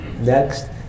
Next